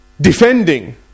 Defending